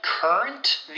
Current